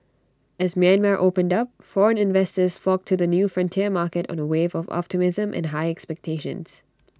as Myanmar opened up foreign investors flocked to the new frontier market on A wave of optimism and high expectations